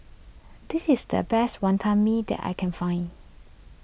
this is the best Wantan Mee that I can find